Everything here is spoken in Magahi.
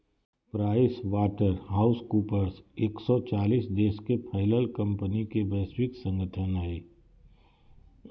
प्राइस वाटर हाउस कूपर्स एक सो चालीस देश में फैलल कंपनि के वैश्विक संगठन हइ